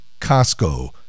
Costco